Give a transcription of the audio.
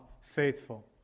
faithful